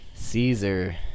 Caesar